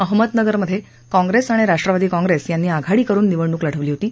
अहमदनगरमध्ये काँग्रेस आणि राष्ट्रवादी काँग्रेस यांनी आघाडी करून निवडणूक लढवली होती